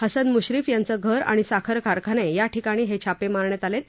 हसन मुश्रीफ यांचे घर आणि साखर कारखाने या ठिकाणी हे छापे मारण्यात आले आहेत